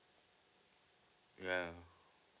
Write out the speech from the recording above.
yeah